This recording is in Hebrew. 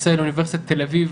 שנוסע לאוניברסיטת תל אביב,